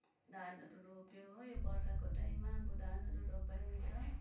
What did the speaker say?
धानहरू रोप्यो हो यो बर्खाको टाइममा अब धानहरू रोपाइ हुन्छ